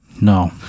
No